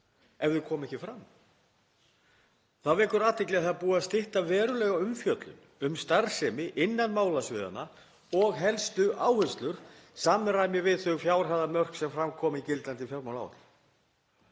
ef þau koma ekki fram? Þá vekur athygli að það er búið að stytta verulega umfjöllun um starfsemi innan málasviðanna og helstu áherslur í samræmi við þau fjárhæðamörk sem fram koma í gildandi fjármálaáætlun.